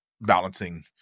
balancing